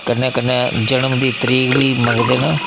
कन्नै कन्नै जनम दी तरीक बी मंगदे न